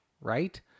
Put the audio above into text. Right